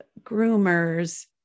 groomers